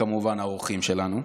וכמובן האורחים שלנו,